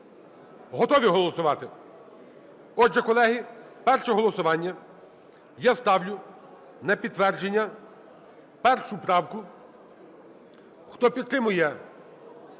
Готові голосувати? Отже, колеги, перше голосування. Я ставлю на підтвердження першу правку. Хто підтримує